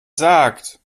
sagt